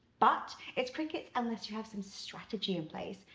but, it's crickets unless you have some strategy in place.